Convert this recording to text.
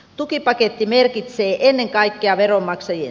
tukipaketti merkitsi ennen kaikkea veronmaksajien